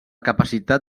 capacitat